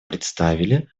представили